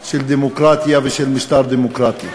של דמוקרטיה ושל משטר דמוקרטי.